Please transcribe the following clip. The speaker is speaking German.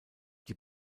die